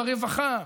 ברווחה,